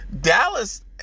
Dallas